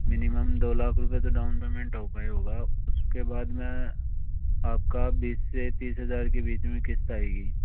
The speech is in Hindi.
मिनिमम दो लाख रुपए तो डाउन पेमेंट हो पाएगा तब आप उसके बाद में आपका बीस से तीस हज़ार के बीच में किस्त आएगी